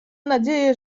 nadzieję